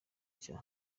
cya